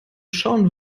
schauen